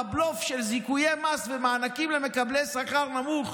בבלוף של זיכויי מס ומענקים למקבלי שכר נמוך,